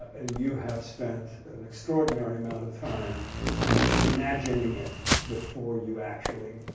ah you have spent an extraordinary amount of time imagining it before you actually